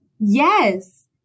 Yes